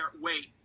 Wait